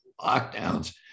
lockdowns